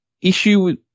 issue